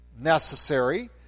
necessary